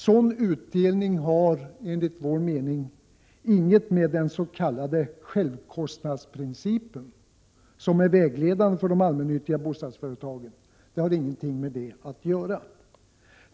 Sådan utdelning har enligt vår mening inget med den s.k. självkostnadsprincipen, som är vägledande för de allmännyttiga bostadsföretagen, att göra.